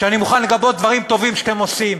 שאני מוכן לגבות דברים טובים שאתם עושים,